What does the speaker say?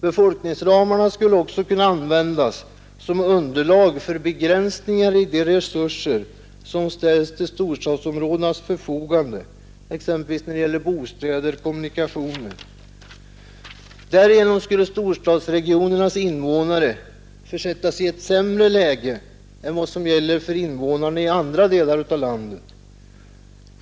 Befolkningsramarna skulle också kunna användas som underlag för begränsningar i de resurser som ställs till storstadsområdenas förfogande, exempelvis när det gäller bostäder och kommunikationer. Därigenom skulle storstadsregionernas invånare försättas i ett sämre läge än vad som gäller för invånarna i andra delar av landet.